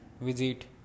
visit